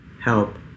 Help